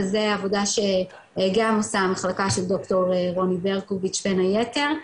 וזה עבודה שגם עושה המחלקה של ד"ר רוני ברקוביץ' בין היתר.